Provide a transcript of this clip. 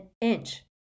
inch